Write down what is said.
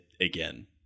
again